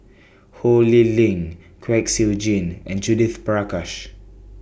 Ho Lee Ling Kwek Siew Jin and Judith Prakash